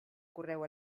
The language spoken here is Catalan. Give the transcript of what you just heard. correu